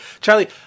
Charlie